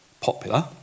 popular